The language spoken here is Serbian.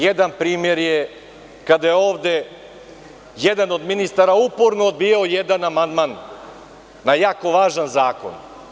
Jedan primer je kada je ovde jedan od ministara uporno odbijao jedan amandman, na jako važan zakon.